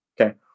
Okay